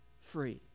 free